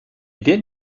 did